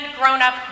grown-up